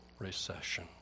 Recession